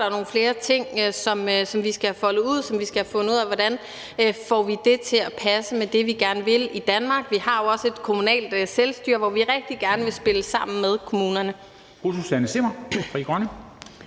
skal have foldet ud; som vi skal have fundet ud af hvordan vi får til at passe med det, vi gerne vil i Danmark. Vi har jo også et kommunalt selvstyre, hvor vi rigtig gerne vil spille sammen med kommunerne.